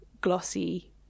glossy